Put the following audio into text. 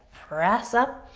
press up.